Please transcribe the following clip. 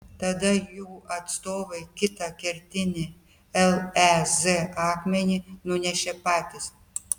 tada jų atstovai kitą kertinį lez akmenį nunešė patys